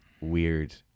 weird